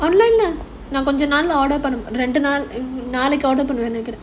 நான் கொஞ்ச நாள்ல:naan konja naala order பண்ணுவேன் நாளைக்கு:pannuvaen naalaiku order பண்ணுவேன்:pannuvaen